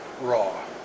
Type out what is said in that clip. Raw